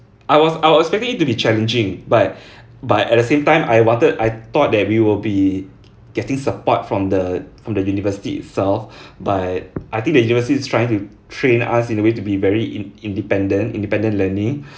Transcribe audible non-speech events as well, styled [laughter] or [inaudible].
I was I was expecting it to be challenging but [breath] but at the same time I wanted I thought that we will be getting support from the from the university itself [breath] but I think the university is trying to train us in a way to be very in independent independent learning [breath]